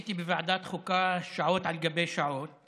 הייתי בוועדת חוקה שעות על גבי שעות